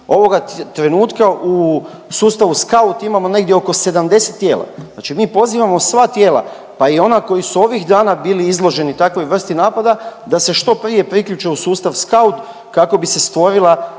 ovoga trenutka u sustavu SKAUT imamo negdje oko 70 tijela. Znači mi pozivamo sva tijela, pa i ona koja su ovih dana bili izloženi takvoj vrsti napada da se što prije priključe u sustav SKAUT kako bi se stvorilo